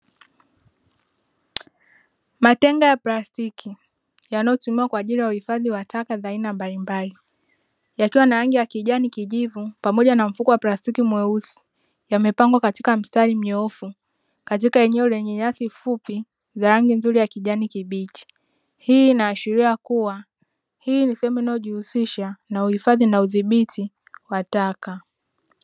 Matenga ya plastiki yanayotumiwa kwa ajili ya uhifadhi wa taka za aina mbalimbali, yakiwa na rangi ya kijani, kijivu, pamoja na mfuko wa plastiki mweusi, yamepangwa katika mstari mnyoofu, katika eneo lenye nyasi fupi za rangi nzuri ya kijani kibichi, hii inaashiria kuwa hii ni sehemu inayojihusisha na uhifadhi na udhibiti wa taka.